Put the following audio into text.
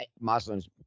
Muslims